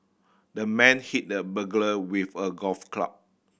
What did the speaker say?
the man hit the burglar with a golf club